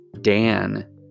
Dan